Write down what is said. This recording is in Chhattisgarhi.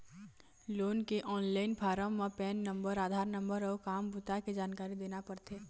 लोन के ऑनलाईन फारम म पेन नंबर, आधार नंबर अउ काम बूता के जानकारी देना परथे